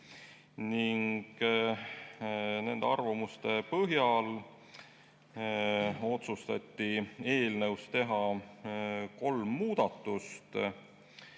Nende arvamuste põhjal otsustati eelnõus teha kolm muudatust.